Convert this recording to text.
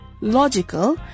logical